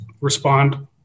respond